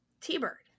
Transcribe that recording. t-bird